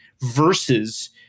versus